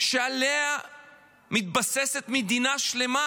שעליה מתבססת מדינה שלמה?